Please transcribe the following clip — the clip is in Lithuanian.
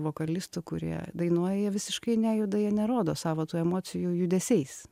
vokalistų kurie dainuoja jie visiškai nejuda jie nerodo savo tų emocijų judesiais